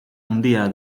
handia